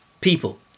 people